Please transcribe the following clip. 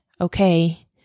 okay